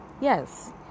Yes